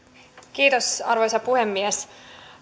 kiitos arvoisa puhemies